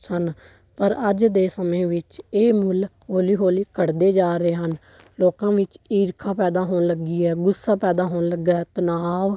ਸਨ ਪਰ ਅੱਜ ਦੇ ਸਮੇਂ ਵਿੱਚ ਇਹ ਮੁੱਲ ਹੌਲੀ ਹੌਲੀ ਘਟਦੇ ਜਾ ਰਹੇ ਹਨ ਲੋਕਾਂ ਵਿੱਚ ਈਰਖਾ ਪੈਦਾ ਹੋਣ ਲੱਗੀ ਹੈ ਗੁੱਸਾ ਪੈਦਾ ਹੋਣ ਲੱਗਾ ਤਣਾਅ